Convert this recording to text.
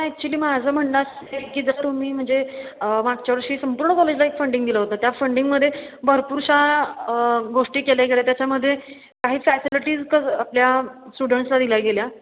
actually माझं म्हणणं असं आहे की जर तुम्ही म्हणजे मागच्या वर्षी संपूर्ण कॉलेजला एक फंडिंग दिलं होतं त्या फंडिंगमध्ये भरपूरशा गोष्टी केल्या गेल्या त्याच्यामध्ये काही फॅसिलिटीज क आपल्या स्टुडंट्सला दिल्या गेल्या